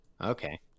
Okay